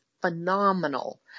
phenomenal